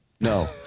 No